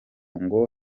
ngo